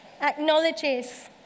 acknowledges